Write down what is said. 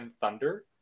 Thunder